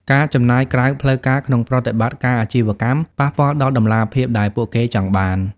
ការចំណាយក្រៅផ្លូវការក្នុងប្រតិបត្តិការអាជីវកម្ម ប៉ះពាល់ដល់តម្លាភាពដែលពួកគេចង់បាន។